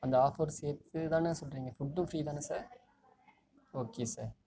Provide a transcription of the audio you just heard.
அந்த ஆஃபர் சேர்த்து தானே சொல்கிறிங்க ஃபுட்டும் ஃபிரீ தானே சார் ஓகே சார்